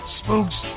spooks